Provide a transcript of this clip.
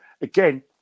again